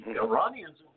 Iranians